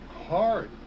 hard